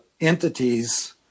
entities